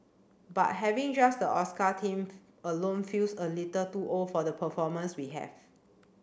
but having just the Oscar theme alone feels a little too old for the performers we have